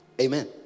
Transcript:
Amen